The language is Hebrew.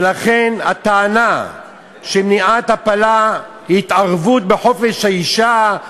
ולכן הטענה שמניעת הפלה היא התערבות בחופש האישה,